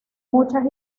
muchas